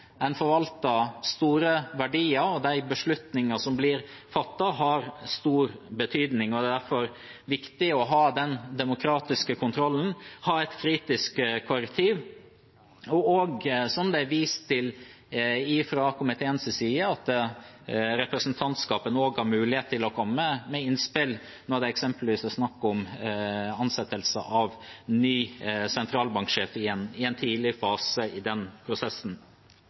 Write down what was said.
forvalter store verdier, og de beslutninger som blir fattet, har stor betydning. Det er derfor viktig å ha demokratisk kontroll, ha et kritisk korrektiv og, som det er vist til fra komiteens side, at representantskapet også har mulighet til å komme med innspill når det eksempelvis er snakk om å ansette ny sentralbanksjef, i en tidlig fase i den prosessen.